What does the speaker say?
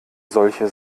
solche